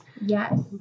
yes